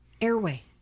Airway